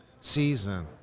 Season